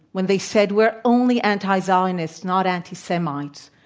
when they said, we're only anti-zionists, not anti-semites,